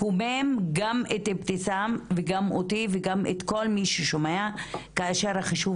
מקומם גם את אבתיסאם וגם אותי וגם את כל מי ששומע כאשר החישוב